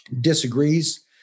disagrees